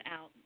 out